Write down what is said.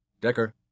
Decker